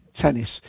tennis